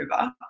over